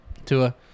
Tua